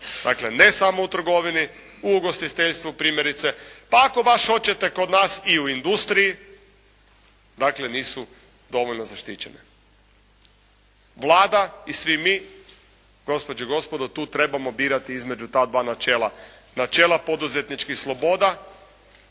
dakle ne samo u trgovini, u ugostiteljstvu primjerice, pa ako baš hoćete kod nas i u industriji dakle nisu dovoljno zaštićene. Vlada i svi mi gospođe i gospodo tu trebamo birati između ta dva načela, načela poduzetničkih sloboda